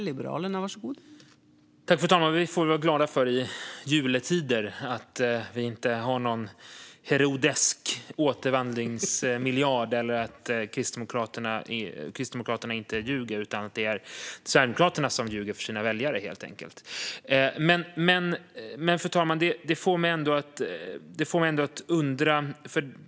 Fru talman! I juletider får vi vara glada för att vi inte har någon herodisk återvandringsmiljard och att Kristdemokraterna inte ljuger utan att det är Sverigedemokraterna som ljuger för sina väljare, helt enkelt. Men, fru talman, detta får mig ändå att undra.